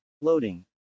Loading